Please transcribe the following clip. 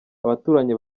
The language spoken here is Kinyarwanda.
abaturanyi